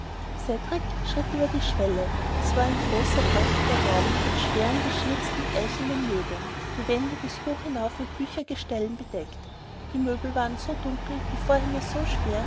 schritt über die schwelle es war ein großer prächtiger raum mit schweren geschnitzten eichnen möbeln die wände bis hoch hinauf mit büchergestellen bedeckt die möbel waren so dunkel die vorhänge so schwer